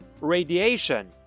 Radiation